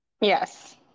Yes